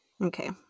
Okay